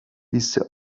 diese